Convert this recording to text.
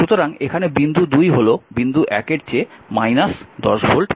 সুতরাং এখানে বিন্দু 2 হল বিন্দু 1 এর চেয়ে 10 ভোল্ট বেশি